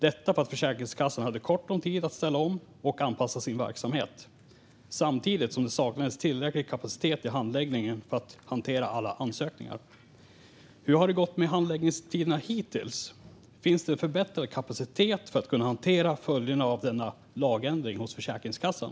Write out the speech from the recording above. Detta är därför att Försäkringskassan hade kort om tid att ställa om och anpassa sin verksamhet. Samtidigt saknades det tillräcklig kapacitet i handläggningen för att hantera alla ansökningar. Hur har det gått med handläggningstiderna hittills? Finns det förbättrad kapacitet för att kunna hantera följderna av lagändringen hos Försäkringskassan?